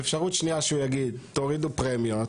אפשרות שנייה שהוא יגיד, תורידו פרמיות.